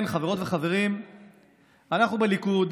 בקיצור,